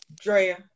Drea